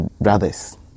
brothers